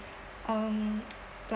um